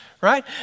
right